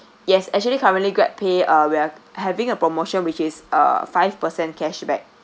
yes actually currently GrabPay uh we're having a promotion which is uh five percent cashback